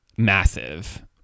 massive